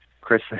Chris